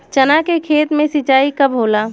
चना के खेत मे सिंचाई कब होला?